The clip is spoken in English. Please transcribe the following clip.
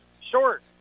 Short